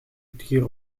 kier